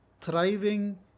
thriving